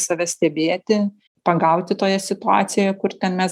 save stebėti pagauti toje situacijoje kur ten mes